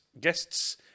guests